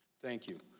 thank you.